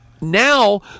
Now